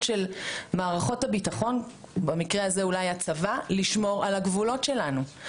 של מערכות הביטחון לשמור על הגבולות שלנו.